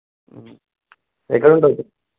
ఎక్కడ ఉంటారు బ్రో